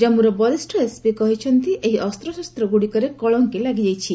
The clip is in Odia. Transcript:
ଜାମ୍ମର ବରିଷ୍ଠ ଏସ୍ପି କହିଛନ୍ତି ଏହି ଅସ୍ତ୍ରଶସ୍ତଗୁଡ଼ିକରେ କଳଙ୍କି ଲାଗିଯାଇଛି